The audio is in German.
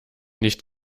nicht